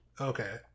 Okay